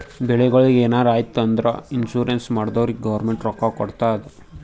ಬೆಳಿಗೊಳಿಗ್ ಎನಾರೇ ಆಯ್ತು ಅಂದುರ್ ಇನ್ಸೂರೆನ್ಸ್ ಮಾಡ್ದೊರಿಗ್ ಗೌರ್ಮೆಂಟ್ ರೊಕ್ಕಾ ಕೊಡ್ತುದ್